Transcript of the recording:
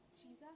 Jesus